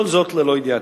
כל זאת ללא ידיעתי.